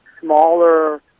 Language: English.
Smaller